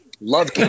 love